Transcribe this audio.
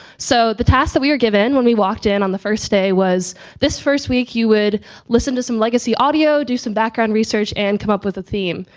so the tasks that we are given when we walked in on the first day was this first week, you would listen to some legacy audio, do some background background research and come up with a theme.